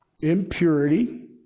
impurity